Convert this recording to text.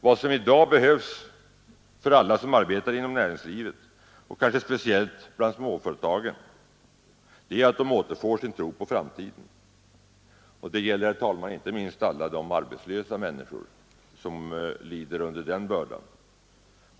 Vad som i dag behövs för alla som arbetar inom näringslivet och kanske speciellt bland småföretagen är att de återfår tron på framtiden. Detta är också viktigt inte minst med tanke på alla de människor som lider under bördan att vara arbetslösa.